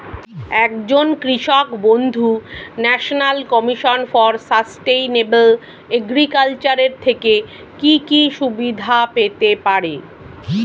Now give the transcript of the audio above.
একজন কৃষক বন্ধু national commission for sustainable agriculture এর থেকে কি কি সুবিধা পেতে পারে?